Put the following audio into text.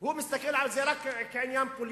הוא מסתכל על זה רק כעניין פוליטי.